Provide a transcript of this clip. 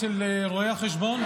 אצל רואי החשבון,